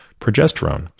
progesterone